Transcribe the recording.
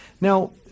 now